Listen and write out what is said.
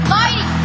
mighty